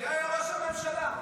מי היה ראש הממשלה?